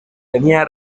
tenía